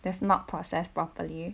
there's not processed properly